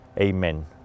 Amen